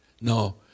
No